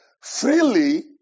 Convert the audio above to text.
Freely